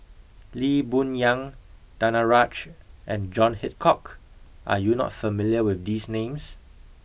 Lee Boon Yang Danaraj and John Hitchcock are you not familiar with these names